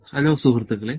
hello സുഹൃത്തുക്കളെ